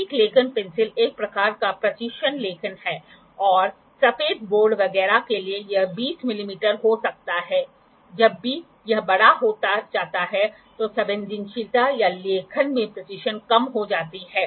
सटीक लेखन पेंसिल एक प्रकार का प्रीसिशन लेखन है और सफेद बोर्ड वगैरह के लिए यह 20 मिमी हो सकता है जब भी यह बड़ा हो जाता है तो संवेदनशीलता या लेखन में प्रीसिशन कम हो जाती है